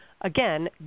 again